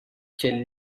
quelle